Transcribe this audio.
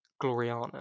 Gloriana